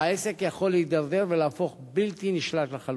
העסק יכול להידרדר ולהפוך בלתי נשלט לחלוטין.